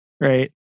right